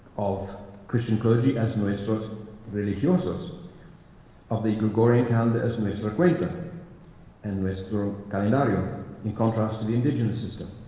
of christian clergy as nuestros religiosos of the gregorian calender as nuestra cuenta and nuestro calendario in contrast to the indigenous system.